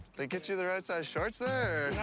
they get you the right size shorts there, or.